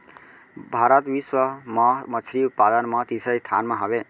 भारत बिश्व मा मच्छरी उत्पादन मा तीसरा स्थान मा हवे